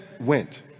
went